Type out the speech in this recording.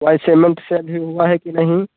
Y cement से अभी हुआ है कि नहीं